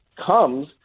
comes